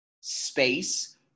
space